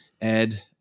Ed